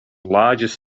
largest